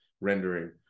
rendering